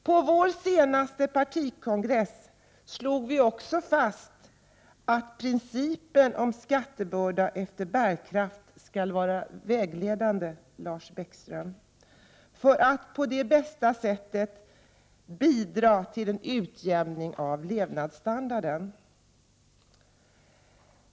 På vår senaste partikongress slog vi också fast, Lars Bäckström, at principen om skattebörda efter bärkraft skall vara vägledande, för att på de sättet bidra till en utjämning av levnadsstandarden.